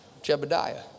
Jebediah